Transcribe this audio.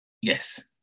Yes